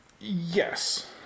Yes